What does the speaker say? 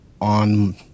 on